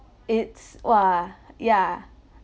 it's !wah! yeah